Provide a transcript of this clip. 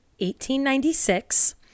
1896